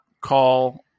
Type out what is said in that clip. call